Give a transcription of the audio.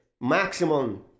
maximum